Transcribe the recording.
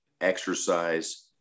exercise